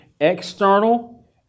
external